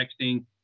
texting